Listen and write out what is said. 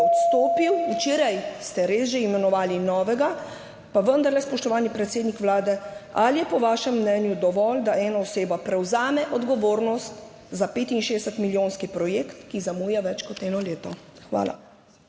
odstopil, včeraj ste res že imenovali novega, pa vendarle. Spoštovani predsednik Vlade, zanima me: Ali je po vašem mnenju dovolj, da ena oseba prevzame odgovornost za 65-milijonski projekt, ki zamuja več kot eno leto? Hvala.